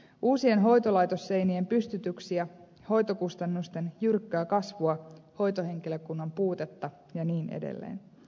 uusien hoitolaitosseinien pystytyksiä hoitokustannusten jyrkkää kasvua hoitohenkilökunnan puutetta ja niin edelleen